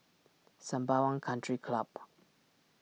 Sembawang Country Club